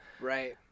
Right